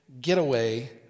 getaway